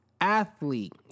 athlete